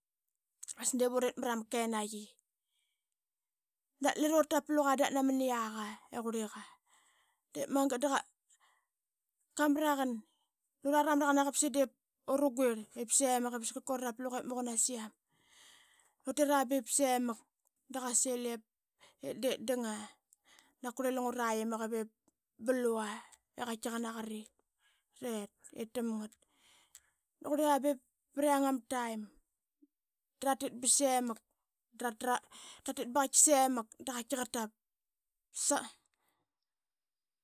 As divurit mrama kenaqi. Dalira ut tapluqa dap namn i yaqa i qurliqa de magat da qa mraqan, lura ramraqanaqa ip diip ura guitl ip semak ip saskarlka ura rapluqa ip ma qunasiam. Utira be semak, da qasil ip diip danga, dap qurli lungra imak ip blua i qaitki qa naqari tet ip tamngat. Da qurlia bep priang ama taim, dratit bsemak tratra tatit ba qaitas semak da qaitki qa tap, sangat.